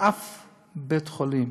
בשום בית-חולים,